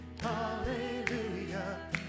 hallelujah